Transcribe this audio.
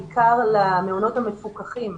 בעיקר למעונות המפוקחים,